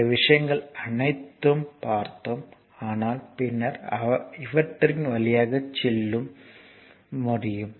இந்த விஷயங்கள் அனைத்தும் பார்த்தோம் ஆனால் பின்னர் இவற்றின் வழியாக செல்ல முடியும்